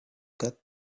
got